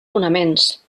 fonaments